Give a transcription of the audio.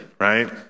right